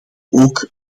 ook